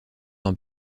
dans